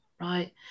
right